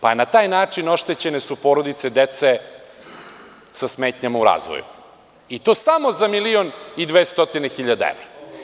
Pa na taj način oštećene su porodice dece sa smetnjama u razvoju i to samo za milion i 200 hiljada evra.